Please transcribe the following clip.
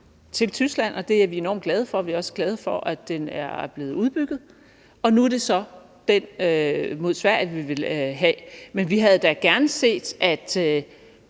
til Tyskland, og det er vi enormt glade for. Vi er også glade for, at den er blevet udbygget, og nu er det så den mod Sverige, vi vil have. Men vi havde da gerne set, at